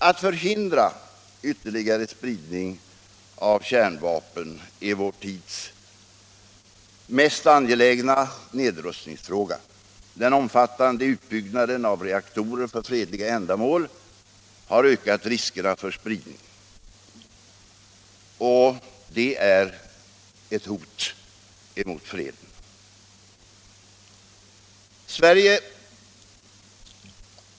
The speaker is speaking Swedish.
Att förhindra ytterligare spridning av kärnvapen är vår tids mest angelägna nedrustningsfråga. Den omfattande utbyggnaden av reaktorer för fredliga ändamål har ökat riskerna för spridning och utgör ett ökande hot mot freden.